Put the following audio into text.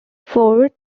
fourth